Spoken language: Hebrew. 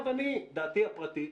דעתי הפרטית,